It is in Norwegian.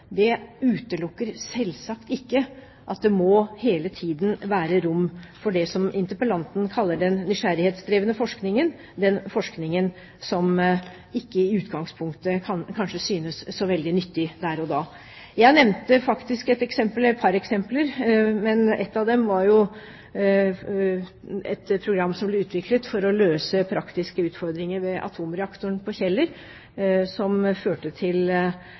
utelukker selvsagt ikke at det hele tiden må være rom for det som interpellanten kaller den nysgjerrighetsdrevne forskningen – den forskningen som i utgangspunktet kanskje ikke synes så veldig nyttig der og da. Jeg nevnte et par eksempler. Ett av dem var et program som ble utviklet for å løse praktiske utfordringer ved atomreaktoren på Kjeller, noe som førte til